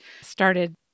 started